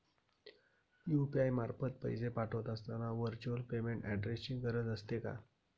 UPI मार्फत पैसे पाठवत असताना व्हर्च्युअल पेमेंट ऍड्रेसची गरज असते का?